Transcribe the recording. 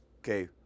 okay